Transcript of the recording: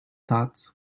thoughts